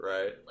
Right